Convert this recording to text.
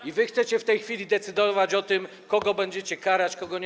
I wy chcecie w tej chwili decydować o tym, kogo będziecie karać, kogo nie?